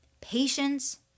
patience